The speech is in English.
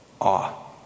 Awe